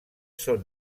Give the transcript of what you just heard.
són